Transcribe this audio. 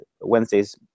Wednesday's